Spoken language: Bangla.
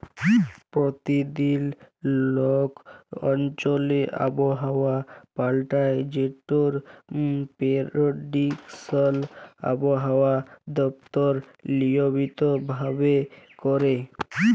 পরতিদিল কল অঞ্চলে আবহাওয়া পাল্টায় যেটর পেরডিকশল আবহাওয়া দপ্তর লিয়মিত ভাবে ক্যরে